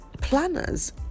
planners